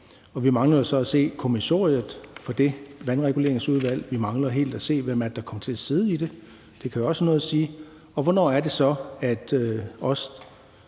år. Vi mangler jo så at se kommissoriet for det vandreguleringsudvalg, og vi mangler helt at se, hvem det er, der kommer til at sidde i det – det kan jo også have noget at sige. Og hvornår er det så, at de